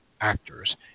actors